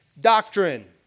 Doctrine